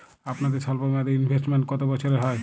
আপনাদের স্বল্পমেয়াদে ইনভেস্টমেন্ট কতো বছরের হয়?